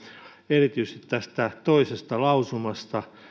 erityisesti tästä toisesta lausumasta